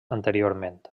anteriorment